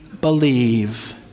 believe